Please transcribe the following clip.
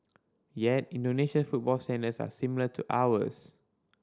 yet Indonesia football standards are similar to ours